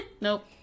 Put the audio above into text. nope